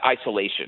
isolation